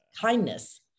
kindness